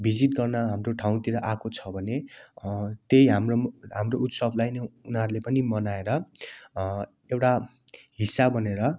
visit गर्न हाम्रो ठाउँतिर आएको छ भने त्यही हाम्रो हाम्रो उत्सवलाई नै उनीहरूले पनि मनाएर एउटा हिस्सा बनेर